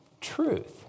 truth